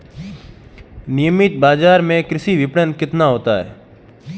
नियमित बाज़ार में कृषि विपणन कितना होता है?